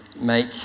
make